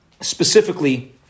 specifically